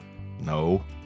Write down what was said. No